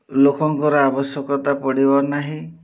ଲୋକଙ୍କର ଆବଶ୍ୟକତା ପଡ଼ିବ ନାହିଁ